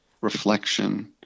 reflection